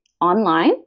online